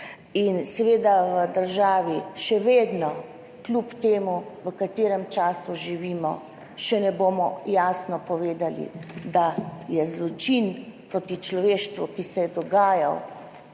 Seveda v državi še vedno, kljub temu, v katerem času živimo, še ne bomo jasno povedali, da je zločin proti človeštvu, ki se je dogajal